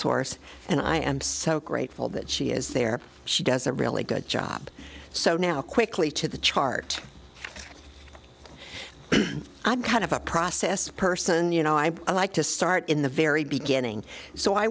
source and i am so grateful that she is there she does a really good job so now quickly to the chart i'm kind of a process person you know i like to start in the very beginning so i